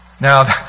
Now